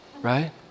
right